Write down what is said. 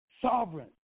sovereign